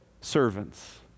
servants